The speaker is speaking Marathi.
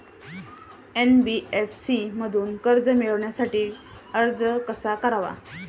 एन.बी.एफ.सी मधून कर्ज मिळवण्यासाठी अर्ज कसा करावा?